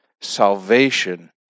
Salvation